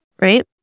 right